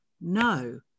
no